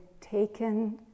taken